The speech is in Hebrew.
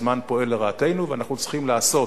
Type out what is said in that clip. הזמן פועל לרעתנו ואנחנו צריכים לעשות